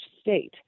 state